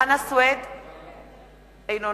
(קוראת בשמות חברי הכנסת) חנא סוייד, אינו נוכח